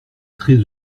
très